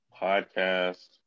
Podcast